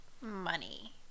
money